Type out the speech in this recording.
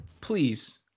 please